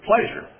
pleasure